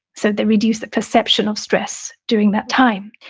so they reduce the perception of stress during that time.